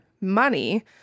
money